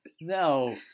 No